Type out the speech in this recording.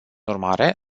urmare